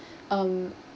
um